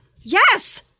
Yes